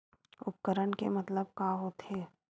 उपकरण के मतलब का होथे?